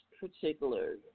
particular